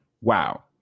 Wow